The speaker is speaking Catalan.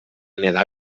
nedar